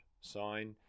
sign